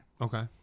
Okay